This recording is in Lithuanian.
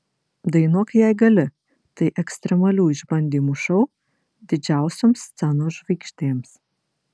dainuok jei gali tai ekstremalių išbandymų šou didžiausioms scenos žvaigždėms